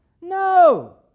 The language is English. No